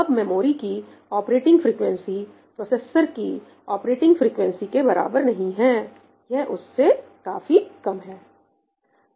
अब मेमोरी की operating frequency processor की ऑपरेटिंग फ्रिकवेंसी के बराबर नहीं है यह उससे काफी कम है